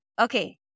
Okay